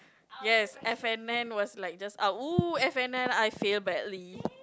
yes F and N was like just out !wow! F and N I failed badly